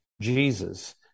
Jesus